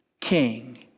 King